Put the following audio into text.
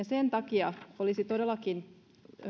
sen takia olisi todellakin